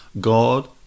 God